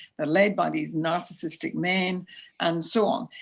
they are led by these narcissistic men and so on.